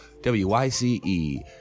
WYCE